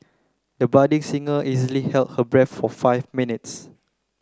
the budding singer easily held her breath for five minutes